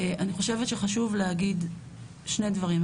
אני חושבת שחשוב להגיד שני דברים.